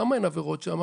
למה אין עבירות שם?